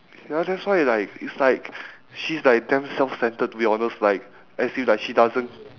ya that's why like it's like she's like damn self-centred to be honest like as in like she doesn't